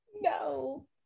No